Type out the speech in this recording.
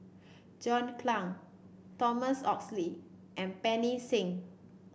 John Clang Thomas Oxley and Pancy Seng